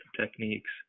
techniques